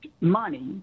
money